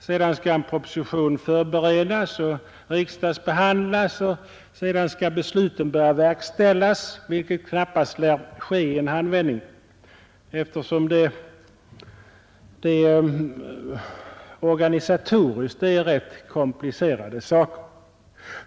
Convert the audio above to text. Sedan skall en proposition förberedas och riksdagsbehandlas, och sedan skall besluten börja verkställas, vilket knappast lär ske i en handvändning, eftersom det organisatoriskt är rätt komplicerade saker.